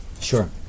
Sure